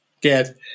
get